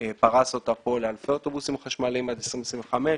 פרס אותה כאן לאלפי אוטובוסים חשמליים עד 2025,